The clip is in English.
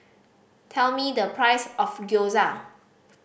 tell me the price of Gyoza